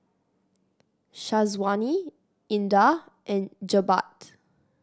Syazwani Indah and Jebat